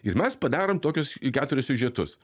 ir mes padarom tokius keturias siužetus